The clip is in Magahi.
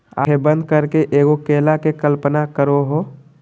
आँखें बंद करके एगो केला के कल्पना करहो